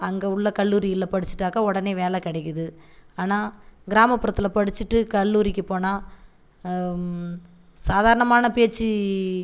அங்கே உள்ள கல்லூரியில் படிச்சிட்டாக்கா உடனே வேலை கிடைக்குது ஆனால் கிராமபுறத்தில் படிச்சுட்டு கல்லூரிக்கு போனால் சாதாரணமான பேச்சி